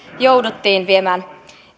jouduttiin viemään